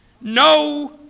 No